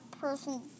person